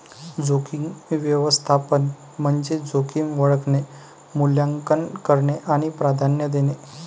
जोखीम व्यवस्थापन म्हणजे जोखीम ओळखणे, मूल्यांकन करणे आणि प्राधान्य देणे